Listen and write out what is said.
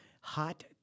Hot